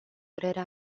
părerea